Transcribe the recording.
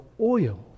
oil